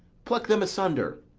pluck them asunder.